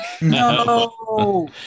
No